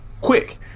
quick